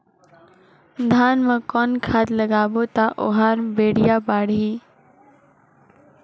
धान मा कौन खाद लगाबो ता ओहार बेडिया बाणही?